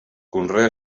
conrea